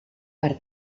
per